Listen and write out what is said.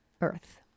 Earth